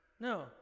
No